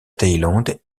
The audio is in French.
thaïlande